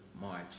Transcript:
March